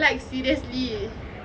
like seriously